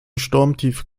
sturmtief